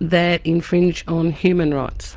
that infringe on human rights.